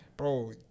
Bro